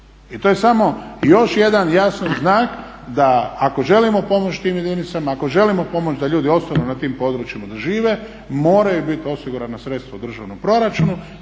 I to je samo i još jedan jasan znak, da ako želimo pomoći tim jedinicama, ako želimo pomoći da ljudi ostanu na tim područjima da žive moraju bit osigurana sredstva u državnom proračunu